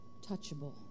touchable